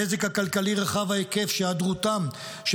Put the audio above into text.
הנזק הכלכלי רחב ההיקף שהיעדרותם של